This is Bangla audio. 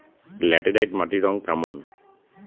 ল্যাটেরাইট মাটির রং কেমন?